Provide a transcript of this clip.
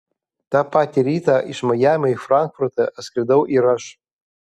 tą patį rytą iš majamio į frankfurtą atskridau ir aš